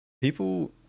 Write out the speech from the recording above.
people